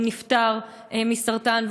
והוא נפטר מסרטן,